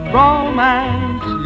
romance